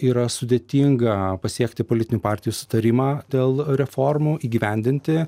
yra sudėtinga pasiekti politinių partijų sutarimą dėl reformų įgyvendinti